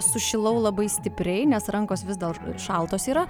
sušilau labai stipriai nes rankos vis dar šaltos yra